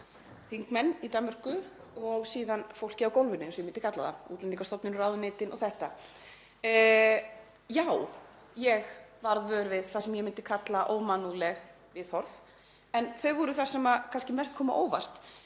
þingmenn í Danmörku, og síðan fólkið á gólfinu, eins og ég myndi kalla það, Útlendingastofnun, ráðuneytin o.s.frv. Já, ég varð vör við það sem ég myndi kalla ómannúðleg viðhorf en þau voru það sem kom kannski mest á óvart.